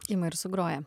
ima ir sugroja